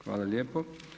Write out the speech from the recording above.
Hvala lijepo.